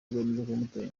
yamuteye